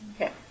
Okay